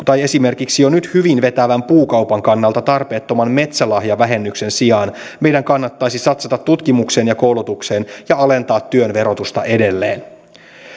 tai esimerkiksi jo nyt hyvin vetävän puukaupan kannalta tarpeettoman metsälahjavähennyksen sijaan meidän kannattaisi satsata tutkimukseen ja koulutukseen ja alentaa työn verotusta edelleen